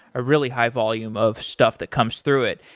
a really high volume of stuff that comes through it.